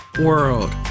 world